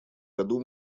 году